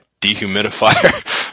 dehumidifier